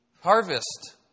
harvest